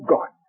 God